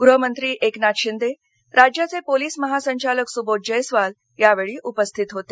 गृहमंत्री एकनाथ शिंदे राज्याचे पोलीस महासंचालक सुबोध जयस्वाल यावेळी उपस्थित होते